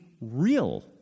real